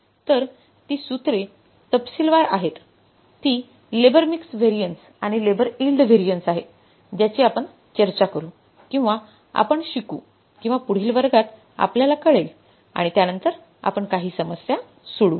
तर ती सूत्रे तपशीलवार आहेत ती लेबर मिक्स व्हॅरियन्स आणि लेबर इल्ड व्हॅरियन्स आहे ज्याची आपण चर्चा करू किंवा आपण शिकू किंवा पुढील वर्गात आपल्याला कळेल आणि त्यानंतर आपण काही समस्या सोडवू